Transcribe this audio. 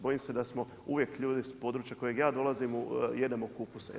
Bojim se da smo uvijek ljude s područja kojeg ja dolazim, jedemo kupus.